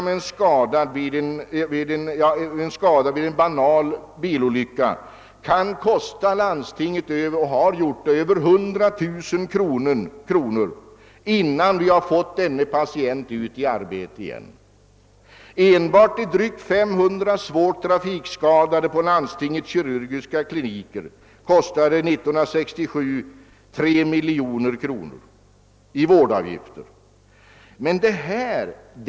En skada uppkommen vid en banal bilolycka kan kosta och har kostat landstinget över 100000 kronor innan patienten åter kommit ut i arbetslivet, och drygt 500 svårt trafikskadade som tagits om hand på landstingets kirurgiska kliniker kostade 3 miljoner kronor i vårdavgifter 1967.